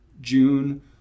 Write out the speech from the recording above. June